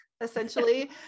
essentially